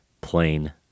plain